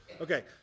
Okay